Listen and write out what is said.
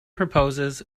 proposes